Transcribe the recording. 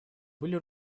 были